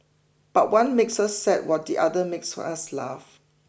but one makes us sad while the other one makes us laugh